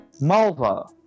Malva